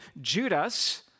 Judas